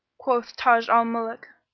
quoth taj al-muluk,